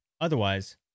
Otherwise